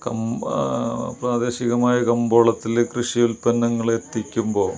കമ്പാ പ്രാദേശികമായ കമ്പോളത്തിൽ കൃഷി ഉൽപ്പന്നങ്ങൾ എത്തിക്കുമ്പോൾ